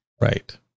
Right